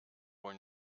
wohl